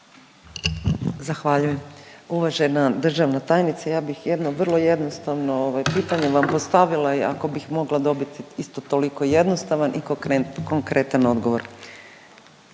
Zahvaljujem. Uvažena državna tajnice, ja bih jedno vrlo jednostavno ovaj pitanje vam postavila i ako bih mogla dobiti isto tako jednostavan i konkretan odgovor.